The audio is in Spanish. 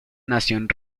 nación